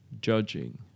judging